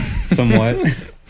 somewhat